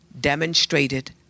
demonstrated